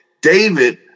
David